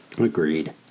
Agreed